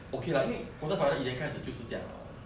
okay lah 因为 quarter final 以前开始就是这样 liao 了